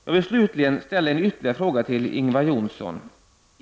Jag vill slutligen ställa ytterligare en fråga till Ingvar Jonsson.